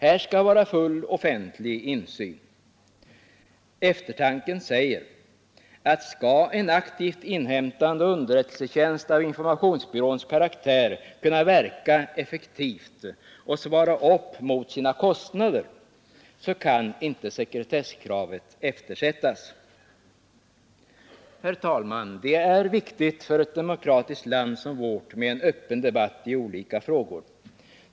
Här skall vara full offentlig insyn.” Eftertanken säger att skall en aktivt inhämtande underrättelsetjänst av informationsbyråns karaktär kunna verka effektivt och motsvara sina kostnader så kan inte sekretesskravet eftersättas. Herr talman! Det är viktigt för ett demokratiskt land som vårt med en öppen debatt i olika frågor.